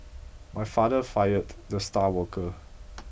my father fired the star worker